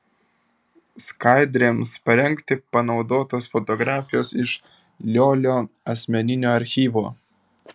skaidrėms parengti panaudotos fotografijos iš liolio asmeninio archyvo